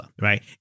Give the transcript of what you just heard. right